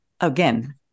again